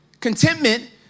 Contentment